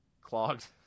clogged